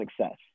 success